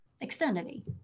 externally